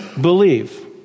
Believe